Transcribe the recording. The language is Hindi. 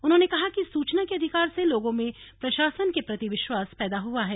उन्होंने कहा कि सूचना के अधिकार से लोगों में प्रशासन के प्रति विश्वास पैदा हुआ है